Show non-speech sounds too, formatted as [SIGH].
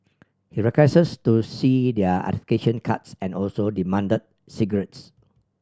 he [UNINTELLIGIBLE] to see their [UNINTELLIGIBLE] cards and also demand cigarettes